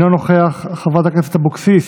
אינו נוכח, חברת הכנסת אבקסיס,